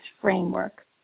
framework